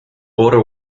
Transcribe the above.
order